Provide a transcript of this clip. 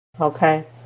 Okay